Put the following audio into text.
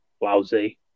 lousy